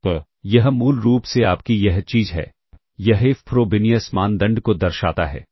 तो यह मूल रूप से आपकी यह चीज है यह F फ्रोबिनियस मानदंड को दर्शाता है